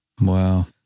Wow